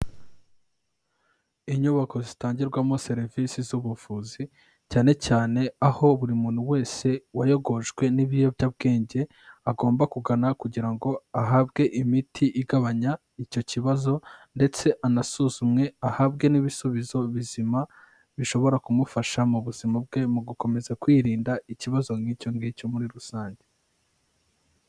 Inyubako zitangirwamo serivisi z'ubuvuzi cyane cyane, aho buri muntu wese wayogojwe n'ibiyobyabwenge, agomba kugana kugira ngo ahabwe imiti igabanya icyo kibazo, ndetse anasuzumwe ahabwe n'ibisubizo bizima, bishobora kumufasha mu buzima bwe, mu gukomeza kwirinda ikibazo nk'icyo ngicyo muri rusange.